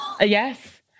Yes